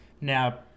Now